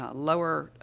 ah lower, ah,